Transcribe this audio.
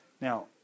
Now